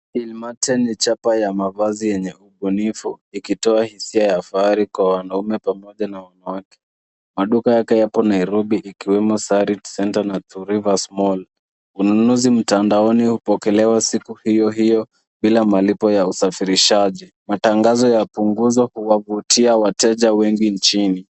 Hillmarten ni chapa ya mavazi yenye ubunifu ikitoa hisia ya fahari kwa wanaume pamoja na wanawake. Maduka yake yapo Nairobi ikiwemo Sarit Center na Two Rivers Mall. Ununuzi mtandaoni hupokelewa siku hiyo hiyo bila malipo ya usafirishaji. Matangazo ya punguzo huwavutia wateja wengi nchini.